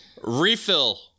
refill